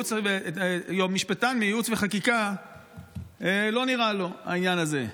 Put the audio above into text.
ולמשפטן מייעוץ וחקיקה לא נראה העניין הזה,